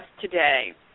today